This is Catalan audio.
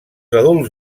adults